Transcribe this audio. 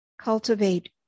Cultivate